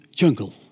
jungle